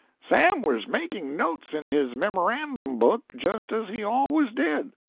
sam was making notes in his memorandum-book, just as he always did,